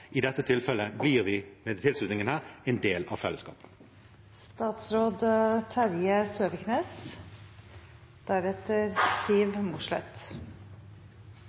I dette tilfellet blir vi med denne tilslutningen en del av fellesskapet.